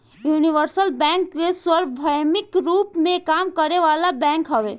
universal bank सार्वभौमिक रूप में काम करे वाला बैंक हवे